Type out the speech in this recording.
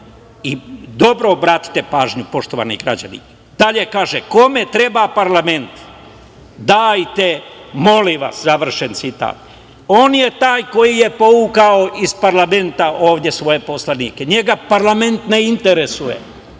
Dobro obratite pažnju, poštovani građani, dalje kaže: „Kome treba parlament? Dajte, molim vas.“On je taj koji je povukao iz parlamenta ovde svoje poslanike. Njega parlament ne interesuje.